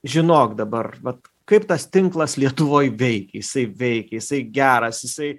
žinok dabar vat kaip tas tinklas lietuvoj veikia jisai veikia jisai geras jisai